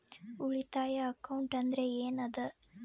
ಉಳಿತಾಯ ಅಕೌಂಟ್ ಅಂದ್ರೆ ಏನ್ ಅದ?